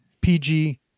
PG